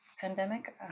pandemic